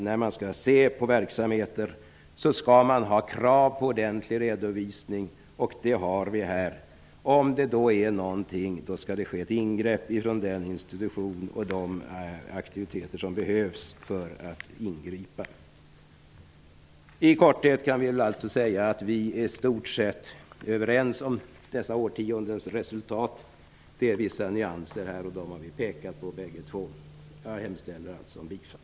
När man skall se på verksamheter är det väsentligt att man har krav på ordentlig redovisning. Det har vi här. Om något är fel skall det ske ett ingrepp från institutionen i fråga. I korthet kan vi säga att vi i stort sett är överens om resultatet efter dessa årtionden. Det finns vissa nyanser här, och dem har vi pekat på bägge två. Jag yrkar bifall till hemställan i betänkandet.